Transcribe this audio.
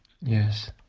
Yes